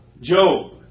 Job